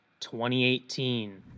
2018